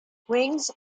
wings